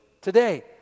today